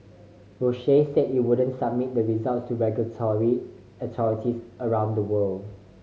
Roche said it wouldn't submit the results to regulatory authorities around the world